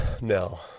No